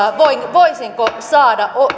voisinko saada